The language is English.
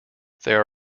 there